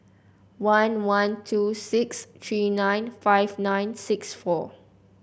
one one two six three nine five nine six four